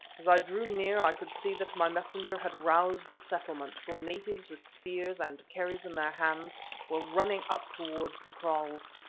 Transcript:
as i drew near i could see that my messenger had roused the settlement, for natives with spears and kerries in their hands were running up towards the kraals.